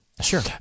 Sure